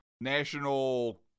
national